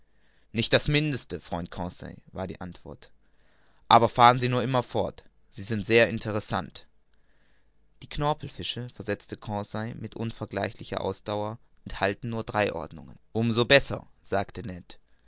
nicht das mindeste freund conseil war die antwort aber fahren sie nur immer fort sie sind sehr interessant die knorpelfische versetzte conseil mit unvergleichlicher ausdauer enthalten nur drei ordnungen um so besser sagte ned